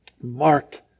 marked